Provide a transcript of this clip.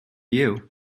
you